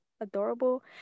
adorable